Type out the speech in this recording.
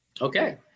Okay